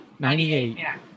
98